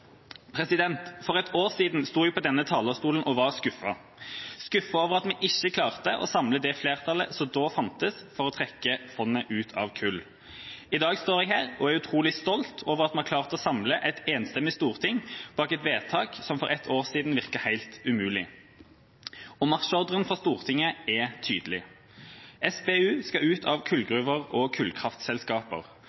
For et år siden sto jeg på denne talerstolen og var skuffet – skuffet over at vi ikke klarte å samle det flertallet som da fantes for å trekke fondet ut av kull. I dag står jeg her og er utrolig stolt over at vi har klart å samle et enstemmig storting bak et vedtak som for ett år siden virket helt umulig. Marsjordren fra Stortinget er tydelig. SPU skal ut av kullgruver og kullkraftselskaper,